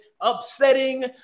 upsetting